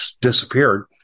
disappeared